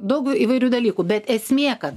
daug įvairių dalykų bet esmė kad